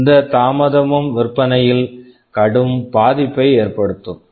எந்த தாமதமும் விற்பனையில் கடும் பாதிப்பை ஏற்படுத்தும்